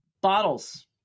Bottles